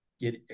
get